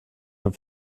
der